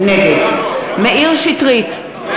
נגד מאיר שטרית,